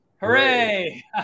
Hooray